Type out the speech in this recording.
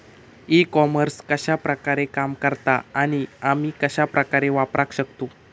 E commerce कश्या प्रकारे काम करता आणि आमी कश्या प्रकारे वापराक शकतू?